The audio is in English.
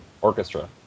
orchestra